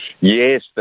Yes